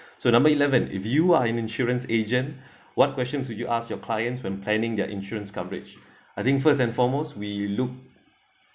so number eleven if you are in insurance agent what questions would you ask your clients when planning their insurance coverage I think first and foremost we look